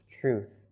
truth